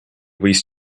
võis